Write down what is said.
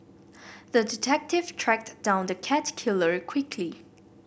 the detective tracked down the cat killer quickly